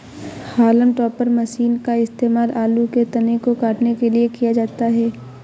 haulm topper मशीन का इस्तेमाल आलू के तने को काटने के लिए किया जाता है